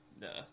Nah